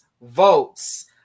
votes